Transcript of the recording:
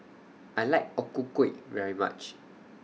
I like O Ku Kueh very much